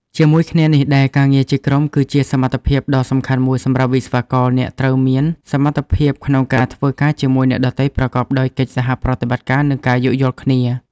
ជាមួយគ្នានេះដែរការងារជាក្រុម គឺជាសមត្ថភាពដ៏សំខាន់មួយសម្រាប់វិស្វករ អ្នកត្រូវមាន សមត្ថភាពក្នុងការធ្វើការជាមួយអ្នកដទៃប្រកបដោយកិច្ចសហប្រតិបត្តិការ និងការយោគយល់គ្នា។